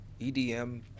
EDM